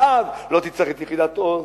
ואז לא תצטרך את יחידת "עוז",